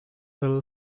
hill